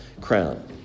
crown